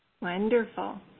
Wonderful